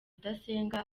udasenga